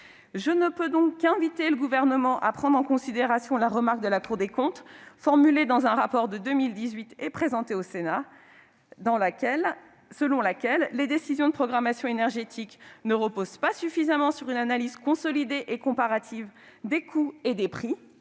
Je ne peux donc qu'inviter le Gouvernement à prendre en considération la remarque de la Cour des comptes, formulée dans un rapport de 2018, qui fut présenté au Sénat, selon laquelle « les décisions de programmation énergétique ne reposent pas suffisamment sur une analyse consolidée et comparative des coûts et des prix-